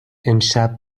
امشب